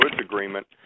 Agreement